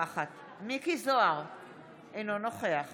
4. כמה מהדירות מוגדרות כפלישה חלקית או מלאה?